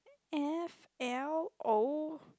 F L O